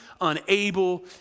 unable